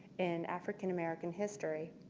in african-american history.